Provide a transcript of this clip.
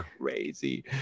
crazy